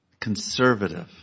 Conservative